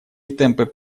темпы